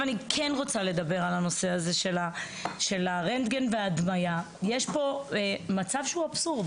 בנושא הרנטגן וההדמיה יש מצב שהוא אבסורד